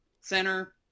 Center